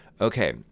Okay